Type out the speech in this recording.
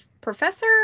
professor